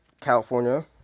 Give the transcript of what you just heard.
California